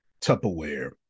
Tupperware